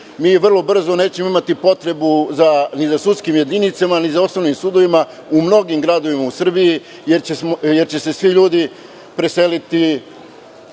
mi vrlo brzo nećemo imati potrebu ni za sudskim jedinicama, ni za osnovnim sudovima u mnogim gradovima u Srbiji, jer će se svi ljudi preseliti